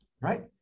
right